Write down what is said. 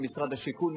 זה משרד השיכון.